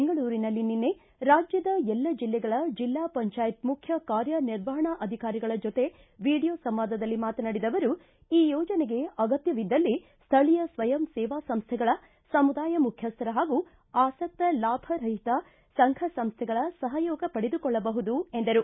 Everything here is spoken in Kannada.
ಬೆಂಗಳೂರಿನಲ್ಲಿ ನಿನ್ನೆ ರಾಜ್ಯದ ಎಲ್ಲಾ ಜಿಲ್ಲೆಗಳ ಜಿಲ್ಲಾ ಪಂಚಾಯತ್ ಮುಖ್ಯ ಕಾರ್ಯ ನಿರ್ವಹಣಾಧಿಕಾರಿಗಳ ಜೊತೆ ವಿಡಿಯೋ ಸಂವಾದದಲ್ಲಿ ಮಾತನಾಡಿದ ಅವರು ಈ ಯೋಜನೆಗೆ ಅಗತ್ಯವಿದ್ದಲ್ಲಿ ಸ್ಥಳೀಯ ಸ್ವಯಂ ಸೇವಾ ಸಂಸ್ಥೆಗಳ ಸಮುದಾಯ ಮುಖ್ಯಸ್ಥರ ಹಾಗೂ ಆಸಕ್ತ ಲಾಭ ರಹಿತ ಸಂಘ ಸಂಸ್ಥೆಗಳ ಸಹಯೋಗ ಪಡೆದುಕೊಳ್ಳಬಹುದು ಎಂದರು